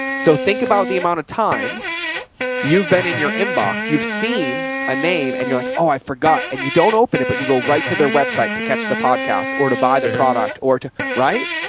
so think about the amount of times you've been in your inbox. you've seen a name and you're like, oh, i forgot and you don't open it, but you go right to their website to catch the podcast or to buy the product or to right.